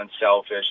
unselfish